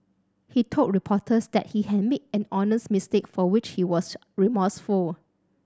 he told reporters that he had made an honest mistake for which he was remorseful